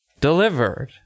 delivered